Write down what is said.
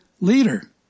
leader